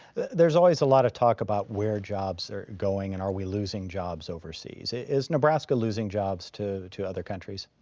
there's always a lot of talk about where jobs are going and are we losing jobs overseas. is nebraska losing jobs to to other countries?